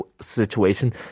situation